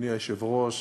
אדוני היושב-ראש,